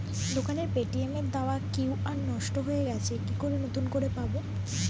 দোকানের পেটিএম এর দেওয়া কিউ.আর নষ্ট হয়ে গেছে কি করে নতুন করে পাবো?